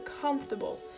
comfortable